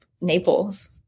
Naples